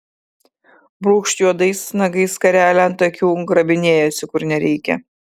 brūkšt juodais nagais skarelę ant akių grabinėjasi kur nereikia